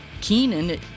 Keenan